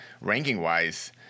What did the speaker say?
ranking-wise